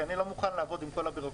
כי אני לא מוכן לעבוד עם כל הבירוקרטיה.